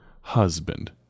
husband